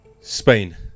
Spain